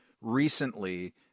recently